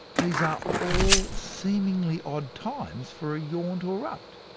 these are all seemingly-odd times for a yawn to erupt.